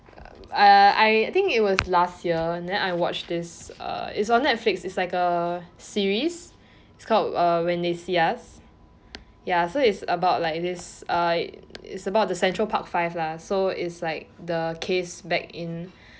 uh I think it was last year then I watch this uh it's on netflix it's like a series it's called uh when they see us ya so it's about like this uh it's about the central park five lah so it's like the case back in